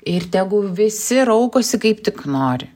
ir tegu visi raukosi kaip tik nori